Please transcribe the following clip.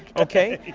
okay?